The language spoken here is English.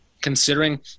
considering